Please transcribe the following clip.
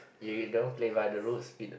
you you don't play by the rules you know